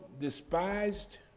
despised